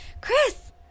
Chris